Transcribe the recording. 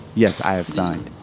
yes, i have signed.